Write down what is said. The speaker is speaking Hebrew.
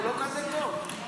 הוא לא כזה טוב.